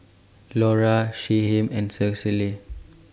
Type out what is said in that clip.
Lora Shyheim and Cicely